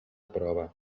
prova